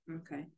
Okay